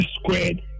squared